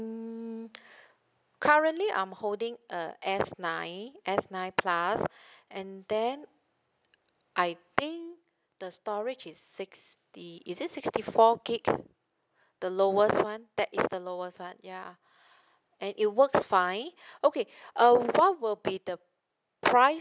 um currently I'm holding a S nine S nine plus and then I think the storage is sixty is it sixty four gig the lowest one that is the lowest one ya and it works fine okay uh what will be the price